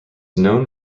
known